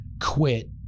quit